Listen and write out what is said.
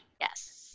Yes